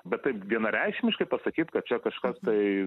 bet taip vienareikšmiškai pasakyt kad čia kažkas tai